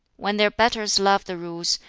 when their betters love the rules,